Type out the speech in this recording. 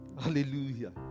Hallelujah